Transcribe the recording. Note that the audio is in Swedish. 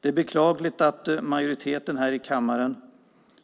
Det är beklagligt att majoriteten här i kammaren